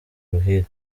ruhire